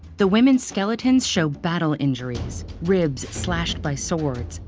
the women's skeletons show battle injuries ribs slashed by swords,